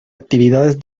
actividades